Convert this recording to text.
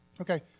Okay